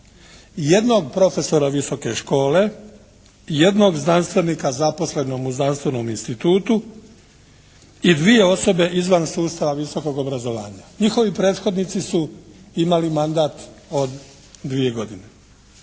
jednog profesora visoke škole i jednog znanstvenika zaposlenog u znanstvenom institutu i dvije osobe izvan sustava visokog obrazovanja. Njihovi prethodnici su imali mandat od dvije godine.